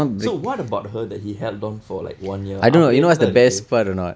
so what about her that he held on for like one year அப்படி என்னதான் இருக்கு:appadi ennathaan irukku